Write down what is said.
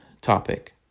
topic